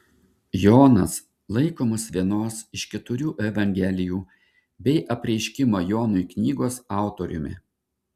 jonas laikomas vienos iš keturių evangelijų bei apreiškimo jonui knygos autoriumi